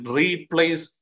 replace